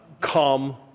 come